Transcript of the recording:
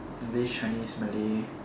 english chinese malay